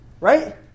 Right